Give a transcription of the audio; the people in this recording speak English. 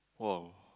!wow!